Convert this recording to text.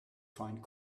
find